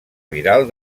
viral